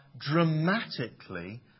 dramatically